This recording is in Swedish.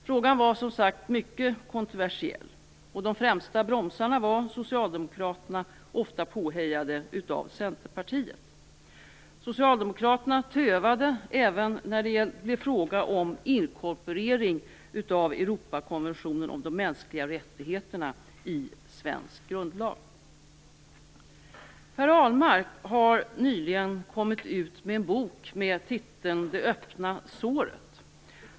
Frågan var, som sagt, mycket kontroversiell, och de främsta bromsarna var Socialdemokraterna, ofta påhejade av Centerpartiet. Socialdemokraterna tövade även när det blev fråga om inkorporering av Europakonventionen om de mänskliga rättigheterna i svensk grundlag. Per Ahlmark har nyligen kommit ut med en bok med titeln Det öppna såret.